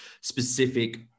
specific